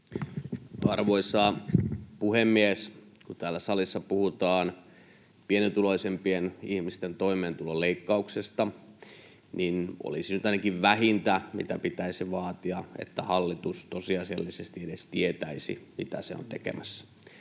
Arvoisa puhemies! Kun täällä salissa puhutaan pienituloisimpien ihmisten toimeentulon leikkauksesta, niin olisi nyt ainakin vähintä, mitä pitäisi vaatia, että hallitus tosiasiallisesti edes tietäisi, mitä se on tekemässä